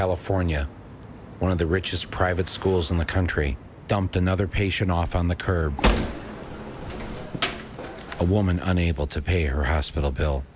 california one of the richest private schools in the country dumped another patient off on the curb a woman unable to pay her hospital bill